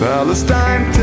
Palestine